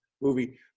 movie